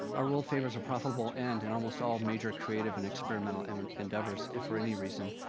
our world favors a profitable end, in almost all major creative and experimental and and endeavors, if, for any reason,